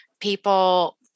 people